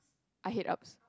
I head ups